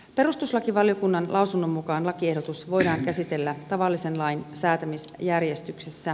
perustuslakivaliokunnan lausunnon mukaan lakiehdotus voidaan käsitellä tavallisen lain säätämisjärjestyksessä